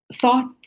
Thoughts